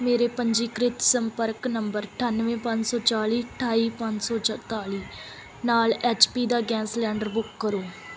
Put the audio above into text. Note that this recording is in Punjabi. ਮੇਰੇ ਪੰਜੀਕ੍ਰਿਤ ਸੰਪਰਕ ਨੰਬਰ ਅਠਾਨਵੇਂ ਪੰਜ ਸੌ ਚਾਲੀ ਅਠਾਈ ਪੰਜ ਸੌ ਚੁਤਾਲੀ ਨਾਲ ਐੱਚ ਪੀ ਦਾ ਗੈਸ ਸਿਲੰਡਰ ਬੁੱਕ ਕਰੋ